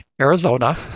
Arizona